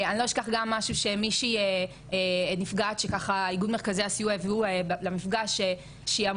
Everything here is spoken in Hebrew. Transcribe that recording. אני לא אשכח גם משהו שנפגעת שאיגוד מרכזי הסיוע הביאו למפגש אמרה,